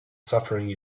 suffering